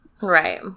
Right